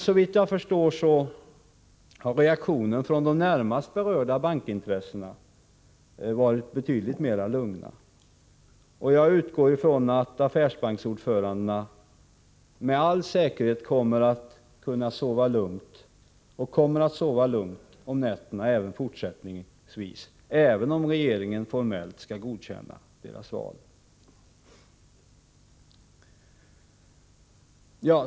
Såvitt jag förstår har reaktionen från de närmast berörda bankintressena varit betydligt lugnare. Och affärsbanksordförandena kan med all säkerhet sova gott om nätterna också fortsättningsvis, även om regeringen formellt skall godkänna valet av dem.